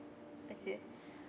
okay